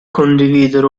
condividere